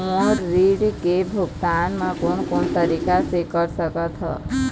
मोर ऋण के भुगतान म कोन कोन तरीका से कर सकत हव?